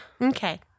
Okay